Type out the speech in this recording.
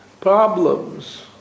problems